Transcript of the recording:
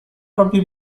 robi